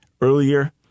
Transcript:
earlier